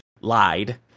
lied